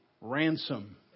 ransom